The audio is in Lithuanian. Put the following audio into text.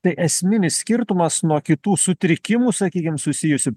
tai esminis skirtumas nuo kitų sutrikimų sakykim susijusi